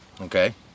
Okay